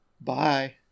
Bye